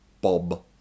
Bob